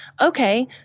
Okay